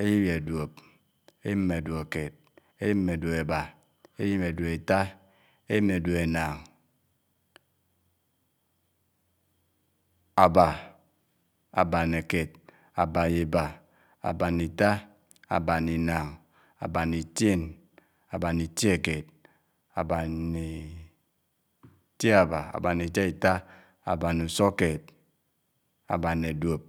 èlib yè duòb, èlib nè duòb kèd, èlib n'duòb ètá, èlib n'duòb ènán (), ábáh, ábá n'kéd, ábáh n'ibá, ábáh n'itá, ábáh n'ináng, ábáh n'itièn, ábáh n'itiòkèd, ábáh n’ (s) itiábá, ábáh n'itiáitá, ábáh n'usukkèd, ábáh n'duob